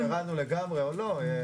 אני לא יודע להגיד אם ירדנו לגמרי או לא.